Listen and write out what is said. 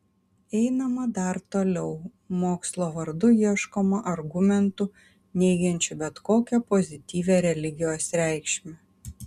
einama dar toliau mokslo vardu ieškoma argumentų neigiančių bet kokią pozityvią religijos reikšmę